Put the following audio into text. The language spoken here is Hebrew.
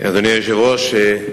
אדוני היושב-ראש,